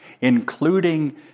including